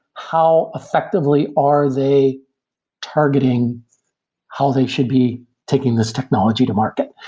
how effectively are they targeting how they should be taking this technology to market?